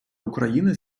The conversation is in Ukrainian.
україни